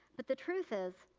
but the truth is,